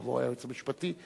יבוא היועץ המשפטי,